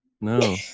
no